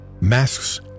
masks